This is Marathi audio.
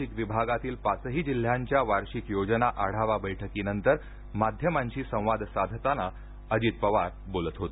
नाशिक विभागातील पाचही जिल्ह्यांच्या वार्षिक योजना आढावा बैठकीनंतर माध्यमांशी संवाद साधताना अजित पवार बोलत होते